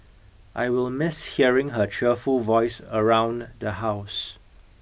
I will miss hearing her cheerful voice around the house